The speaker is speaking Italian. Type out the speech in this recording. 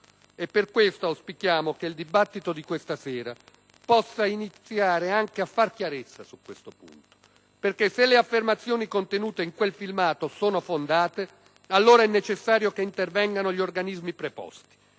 per questo auspichiamo che il dibattito di questa sera possa iniziare anche a far chiarezza su questo punto, perché se le affermazioni contenute in quel filmato sono fondate, allora è necessario che intervengano gli organismi preposti.